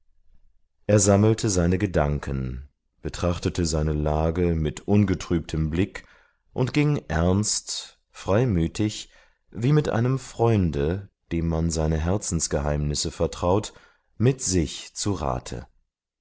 er sammelte seine gedanken betrachtete seine lage mit ungetrübtem blick und ging ernst freimütig wie mit einem freunde dem man seine herzensgeheimnisse vertraut mit sich zu rate